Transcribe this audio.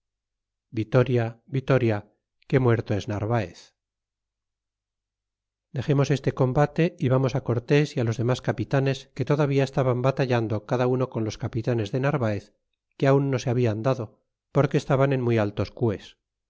vitoria vitoria que muerto es narvaez dexemos este combate vamos cortés y los demas capitanes que todavía estaban batallando cada uno con los capitanes de narvaez que aun no se hablan dado porque estaban en muy altos cues